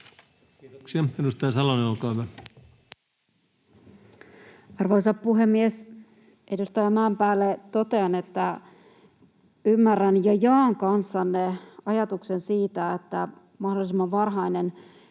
Time: 17:07 Content: Arvoisa puhemies! Edustaja Mäenpäälle totean, että ymmärrän ja jaan kanssanne ajatuksen siitä, että mahdollisimman varhainen